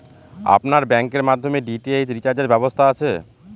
আপনার ব্যাংকের মাধ্যমে ডি.টি.এইচ রিচার্জের ব্যবস্থা আছে?